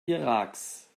iraks